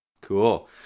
Cool